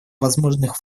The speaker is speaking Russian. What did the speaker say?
возможных